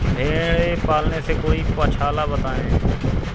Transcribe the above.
भेड़े पालने से कोई पक्षाला बताएं?